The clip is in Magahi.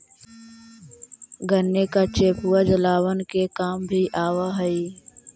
गन्ने का चेपुआ जलावन के काम भी आवा हई